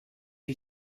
you